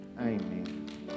Amen